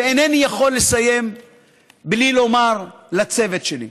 אינני יכול לסיים בלי לומר תודה לצוות שלי.